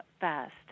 fast